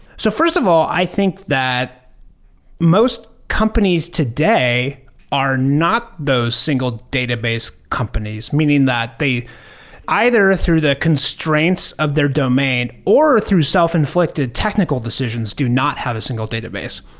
so first of all, i think that most companies today are not those single database companies. meaning, that either through the constraints of their domain or through self-inflicted technical decisions do not have a single database.